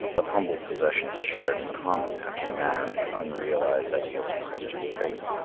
of humble possessions shared in common after the manner of the unrealized ideal of the christian faith.